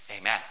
Amen